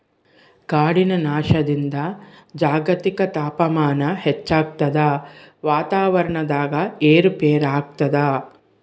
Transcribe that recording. ಕಾಡಿನ ನಾಶದಿಂದ ಜಾಗತಿಕ ತಾಪಮಾನ ಹೆಚ್ಚಾಗ್ತದ ವಾತಾವರಣದಾಗ ಏರು ಪೇರಾಗ್ತದ